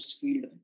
field